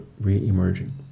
re-emerging